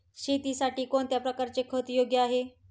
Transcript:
शेतीसाठी कोणत्या प्रकारचे खत योग्य आहे?